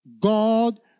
God